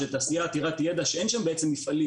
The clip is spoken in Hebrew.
שהיא תעשייה עתירת ידע שאין שם בעצם מפעלים